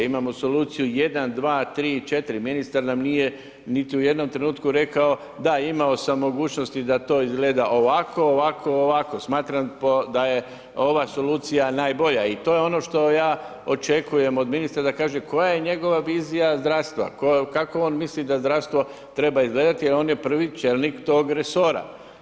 Imamo soluciju 1, 2, 3, 4. ministar nam nije niti u jednom trenutku rekao da, imao sam mogućnosti da to izgleda ovako, ovako, ovako, smatram da je ova solucija najbolja i to je ono što ja očekujem od ministra da kaže koja je njegova vizija zdravstva, kako on misli da zdravstvo treba izgledati jer on je prvi čelnik tog resora.